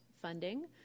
funding